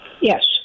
Yes